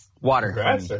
water